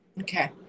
Okay